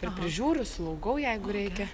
ir prižiūriu slaugau jeigu reikia